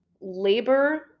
labor